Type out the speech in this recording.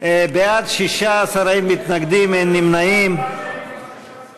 (הסדרת ההחזקה והשימוש במאגר מידע על חברות),